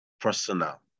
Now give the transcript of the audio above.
personal